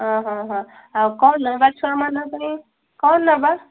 ଓହୋ ହଁ ଆଉ କଣ ନେବା ଛୁଆମାନଙ୍କ ପାଇଁ କଣ ନେବା